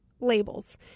labels